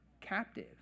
captive